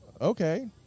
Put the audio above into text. okay